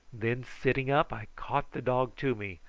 then, sitting up, i caught the dog to me,